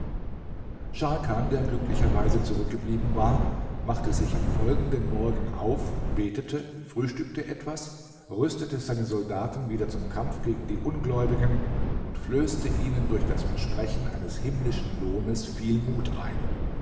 scharkan der glücklicherweise zurückgeblieben war machte sich am folgenden morgen auf betete frühstückte etwas rüstete seine soldaten wieder zum kampf gegen die ungläubigen und flößte ihnen durch das versprechen eines himmlischen lohnes viel mut ein